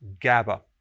GABA